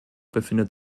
befindet